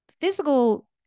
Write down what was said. physical